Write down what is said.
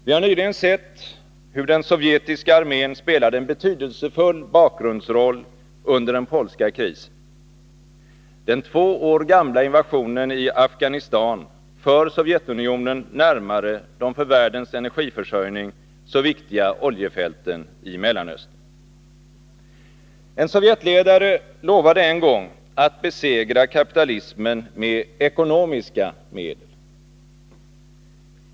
Vi har nyligen sett hur den sovjetiska armén spelade en betydelsefull bakgrundsroll under den polska krisen. Den två år gamla invasionen i Afghanistan för Sovjetunionen närmare de för världens energiförsörjning så viktiga oljefälten i Mellanöstern. En Sovjetledare lovade en gång att besegra kapitalismen med ekonomiska medel.